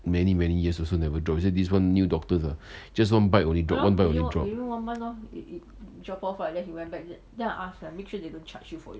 many many years also never drop he say this [one] new doctors ah just one bite already drop one bite already drop